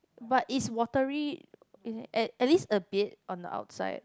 but it's watery at at least a bit on the outside